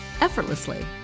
effortlessly